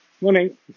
Morning